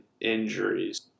injuries